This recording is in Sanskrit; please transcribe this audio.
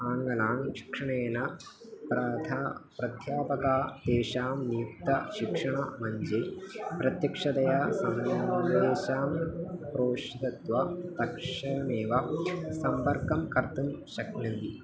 आङ्गलशिक्षणेन प्राध्या प्राध्यापकाः तेषां नियुक्ते शिक्षणमञ्चे प्रत्यक्षतया समयां लेषां रोषि दत्वा तक्षणेव सम्पर्कं कर्तुं शक्नन्ति